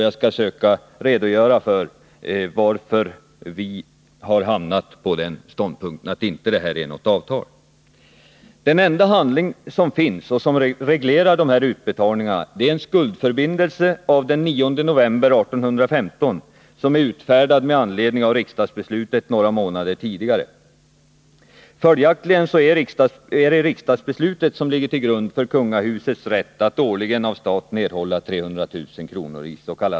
Jag skall försöka redogöra för hur vi har hamnat på den ståndpunkten att vi inte anser att detta är något avtal. Den enda handling som reglerar de årliga utbetalningarna är den skuldförbindelse av den 9 november 1815 som utfärdades med anledning av riksdagsbeslutet några månader tidigare. Följaktligen är det riksdagsbeslutet som ligger till grund för kungahusets rätt att årligen av staten erhålla 300 000 kr.